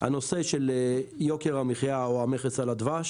הנושא של יוקר המחיה או המכס על הדבש